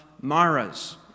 Mara's